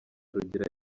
rugira